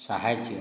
ସାହାଯ୍ୟ